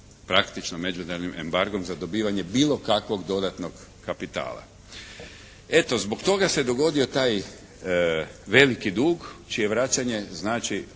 praktično međunarodnim embargom za dobivanje bilo kakvog dodatnog kapitala. Eto zbog toga se dogodio taj veliki dug čije vraćanje znači